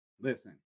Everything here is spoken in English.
Listen